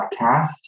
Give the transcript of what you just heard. podcast